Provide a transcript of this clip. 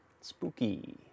Spooky